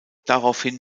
daraufhin